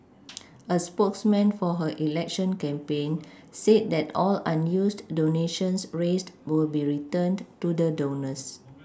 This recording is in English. a spokesman for her election campaign said that all unused donations raised will be returned to the donors